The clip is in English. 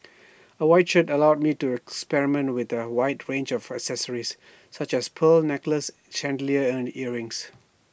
A white shirt allows me to experiment with A wide range of accessories such as pearl necklaces chandelier and earrings